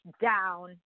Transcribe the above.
down